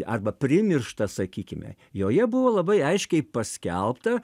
arba primiršta sakykime joje buvo labai aiškiai paskelbta